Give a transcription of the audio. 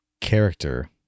character